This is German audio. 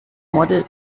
model